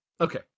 Okay